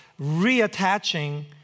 reattaching